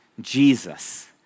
Jesus